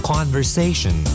Conversation